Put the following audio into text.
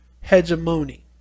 Hegemony